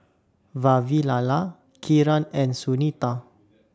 Vavilala Kiran and Sunita